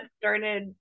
started